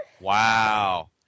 Wow